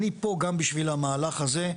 אני פה גם בשביל המהלך הזה,